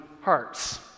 hearts